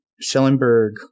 Schellenberg